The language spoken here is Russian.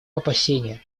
опасения